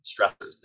stressors